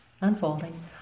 unfolding